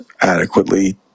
adequately